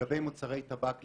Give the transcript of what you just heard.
לגבי מוצרי טבק לעישון,